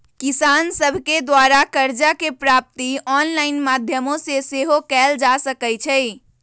किसान सभके द्वारा करजा के प्राप्ति ऑनलाइन माध्यमो से सेहो कएल जा सकइ छै